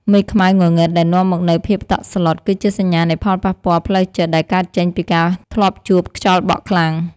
មេឃខ្មៅងងឹតដែលនាំមកនូវភាពតក់ស្លុត គឺជាសញ្ញានៃផលប៉ះពាល់ផ្លូវចិត្តដែលកើតចេញពីការធ្លាប់ជួបខ្យល់បក់ខ្លាំង។